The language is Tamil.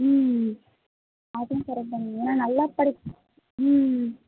ம் அதுவும் கரெக்ட் தான் மேம் ஏன்னா நல்லா படிக்க ம்